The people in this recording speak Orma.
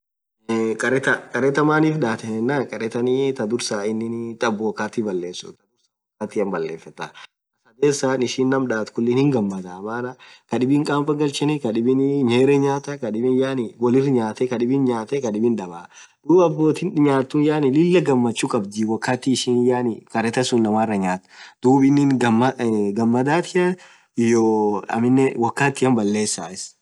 Karetha. karetha maanif dhatheni yenann karethani thaa dhursaa inin thab wakati balesuuu thaa dhursaa wakatian balefetha thaa sadhesa ishin ñaam dhathu khulii hin ghamadha maan kadhib kampaa galcheni kadhibin nyerii nyatha kadhibin yaani wolirr nyathe kadhibin nyathe kadhibin dhabaaa dhub abotin nyathu yaani Lila ghamachu kabdhii wakati ishin yaani karetha sunn inamaraa nyathu dhub inin ghamadha aaa ghamadhathia iyoo aminen wakatian balesaa ininn